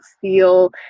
feel